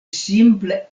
simple